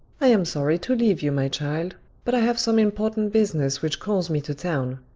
i am sorry to leave you, my child but i have some important business which calls me to town.